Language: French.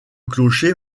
clocher